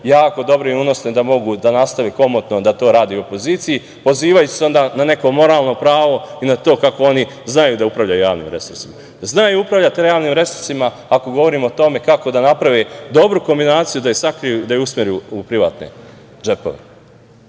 jako dobre i unosne, da mogu da nastave komotno da to rade i u opoziciji, pozivajući se onda na neko moralno pravo i na to kako oni znaju da upravljaju javnim resursima. Znaju upravljati javnim resursima ako govorimo o tome kako da naprave dobru kombinaciju, da je sakriju i da je